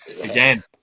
again